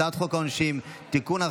הצעת חוק העונשין (תיקון,